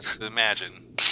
Imagine